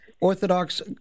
orthodox